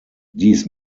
dies